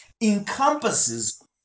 encompasses